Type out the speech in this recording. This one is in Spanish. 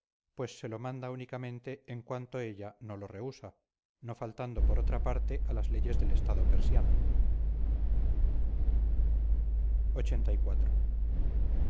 pues se lo manda únicamente en cuanto ella no lo rehusa no faltando por otra parte a las leyes del estado persiano lxxxiv